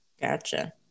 gotcha